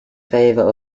favour